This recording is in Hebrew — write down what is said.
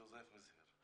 ג'וסף מזהר.